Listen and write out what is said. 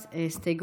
3, לסעיף